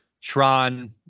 Tron